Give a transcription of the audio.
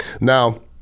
Now